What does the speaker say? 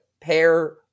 pair